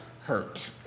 Hurt